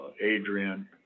Adrian